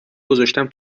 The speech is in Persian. گذاشتم